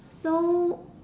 so